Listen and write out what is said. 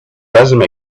resume